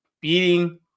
beating